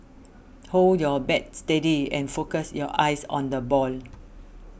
hold your bat steady and focus your eyes on the ball